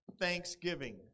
thanksgiving